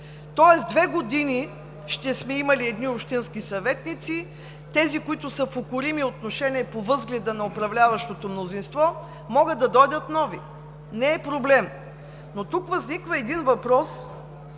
Тоест, две години ще сме имали едни общински съветници, а вместо тези, които са в укорими отношения по възгледа на управляващото мнозинство, могат да дойдат нови, не е проблем. Но тук възниква нов въпрос в